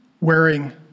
wearing